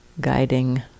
guiding